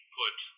put